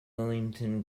wilmington